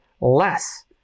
less